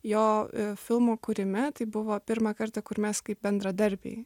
jo filmo kūrime tai buvo pirmą kartą kur mes kaip bendradarbiai